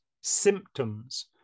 symptoms